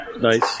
Nice